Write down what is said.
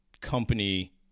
company